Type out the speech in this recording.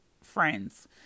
friends